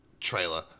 trailer